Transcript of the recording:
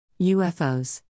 UFOs